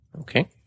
Okay